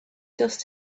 dust